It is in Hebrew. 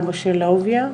אבא של אהוביה,